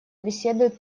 беседует